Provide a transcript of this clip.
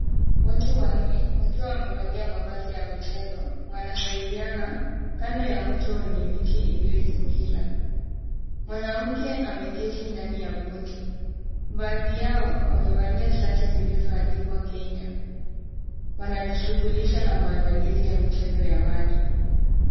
Watu wanne wakiwa wamevalia mavazi ya michezo wanasaidiana, kando ya mto wenye miti iliyoizingira. Mwanamke ameketi ndani ya boti . Baadhi yao wamevalia shati zilizoandikwa Kenya. Wanajishughulisha na maandalizi ya michezo ya maji.